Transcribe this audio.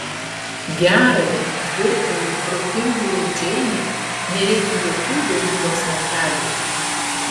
gerajai tvirtajai protingajai džeinei nereikia jokių daugybos lentelių